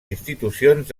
institucions